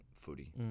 footy